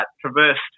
traversed